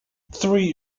three